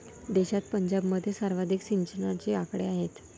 देशात पंजाबमध्ये सर्वाधिक सिंचनाचे आकडे आहेत